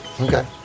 Okay